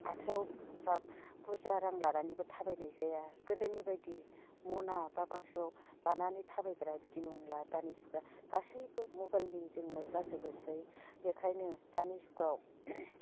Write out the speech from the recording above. आखाइआव जा बुरजा रां लानानैबो थाबायनाय जाया गोदोनि बायदि मना बा बाक्सुआव लानानै थाबायग्रा बिदि नंला दानि जुगआ गासैबो मबाइलनिजोंनो जाजोबोसै बेखायनो दानि जुगाव